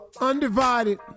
undivided